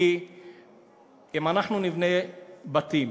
כי אם אנחנו נבנה בתים,